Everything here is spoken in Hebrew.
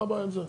מה הבעיה עם זה?